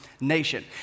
nation